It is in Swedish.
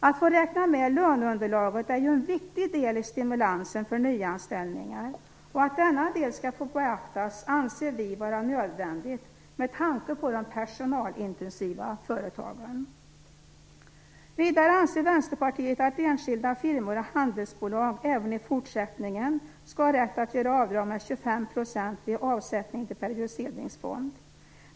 Att få räkna med löneunderlaget är ju en viktig del i stimulansen för nyanställningar, och att denna del skall få beaktas anser vi vara nödvändigt med tanke på de personalintensiva företagen. Vidare anser Vänsterpartiet att enskilda firmor och handelsbolag även i fortsättningen skall ha rätt att göra avdrag med 25 % vid avsättning till periodiseringsfond.